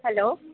hello डफआथथध़